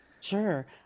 Sure